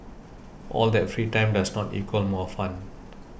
all that free time does not equal more fun